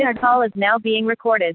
your call is now being recorded